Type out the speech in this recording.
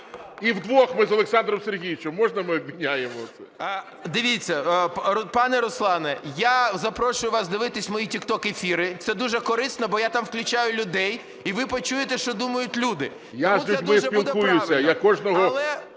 і вдвох ми з Олександром Сергійовичем. Можна, ми обміняємо це? ГОНЧАРЕНКО О.О. Дивіться, пане Руслане, я запрошую вас дивитися мої тікток-ефіри, це дуже корисно, бо я там включаю людей, і ви почуєте, що думають люди. ГОЛОВУЮЧИЙ. Я з людьми спілкуюся, я кожного…